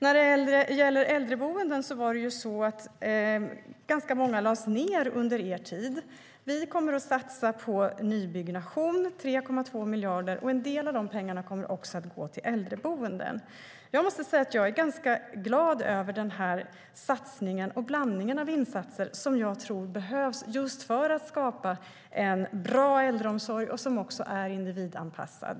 När det gäller äldreboenden är det ju så att ganska många lades ned under Moderaternas tid vid makten. Vi kommer att satsa på nybyggnation för 3,2 miljarder, och en del av de pengarna kommer att gå till äldreboenden. Jag måste säga att jag är ganska glad över den här satsningen - och över den blandning av insatser som jag tror behövs för att skapa en bra äldreomsorg som är individanpassad.